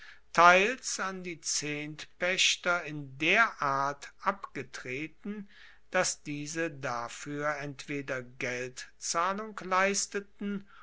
teils an die zehntpaechter in der art abgetreten dass diese dafuer entweder geldzahlung leisteten